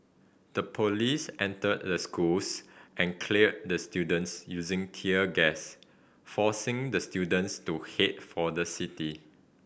the police entered the schools and cleared the students using tear gas forcing the students to head for the city